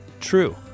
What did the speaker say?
True